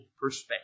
perspective